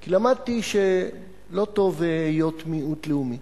כי למדתי שלא טוב היות מיעוט לאומי,